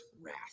wrath